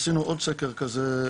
עשינו עוד סקר כזה,